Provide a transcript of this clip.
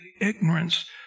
ignorance